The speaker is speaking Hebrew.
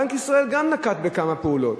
בנק ישראל גם נקט כמה פעולות: